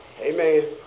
Amen